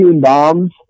bombs